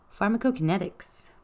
Pharmacokinetics